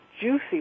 juicy